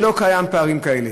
ושם לא קיימים פערים כאלה.